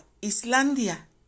Islandia